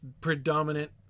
predominant